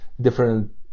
different